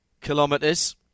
kilometres